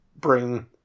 bring